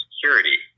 security